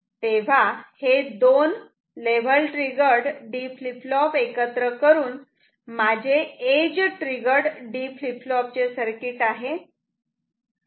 तेव्हा हे दोन एकत्र करून माझे edge triggered D flip flop चे सर्किट आहे